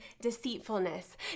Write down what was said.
deceitfulness